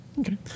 Okay